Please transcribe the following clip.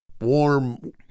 warm